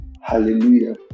hallelujah